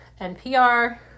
NPR